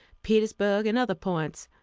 petersburg, and other points.